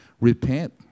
Repent